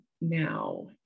now